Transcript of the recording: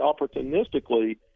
opportunistically